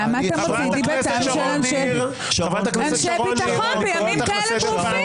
למה אתה מוציא דיבתם של אנשי ביטחון בימים כאלה טרופים?